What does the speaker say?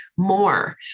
More